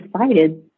decided